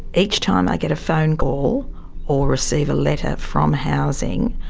each time i get a phone call or receive a letter from housing,